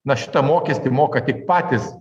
na šitą mokestį moka tik patys